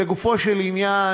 לגופו של עניין,